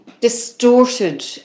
distorted